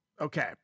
okay